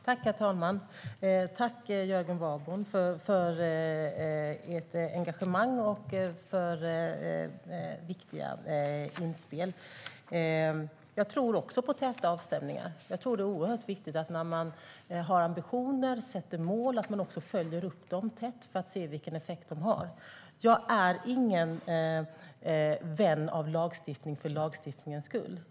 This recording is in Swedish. Herr talman! Tack, Jörgen Warborn, för engagemanget och viktiga inspel! Jag tror också på täta avstämningar. När man har ambitioner och sätter upp mål är det oerhört viktigt att man följer upp dem tätt för att se vilken effekt de har. Jag är ingen vän av lagstiftning för lagstiftningens skull.